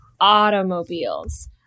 automobiles